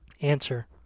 Answer